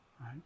Right